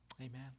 Amen